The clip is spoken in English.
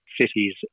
cities